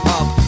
up